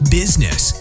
business